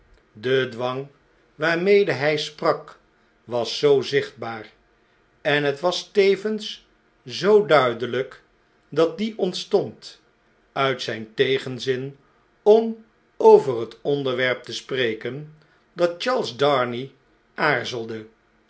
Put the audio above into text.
de dwang waarmede hg sprak was zoo zichtbaar en het was tevens zoo duideln'k dat die ontstond uit zijn tegenzin om over het onderwerp te spreken dat charles darnay aarzelde